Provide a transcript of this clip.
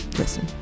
listen